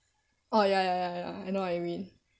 oh ya ya ya ya I know what you mean